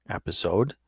episode